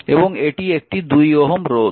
এবং এটি একটি 2 Ω রোধ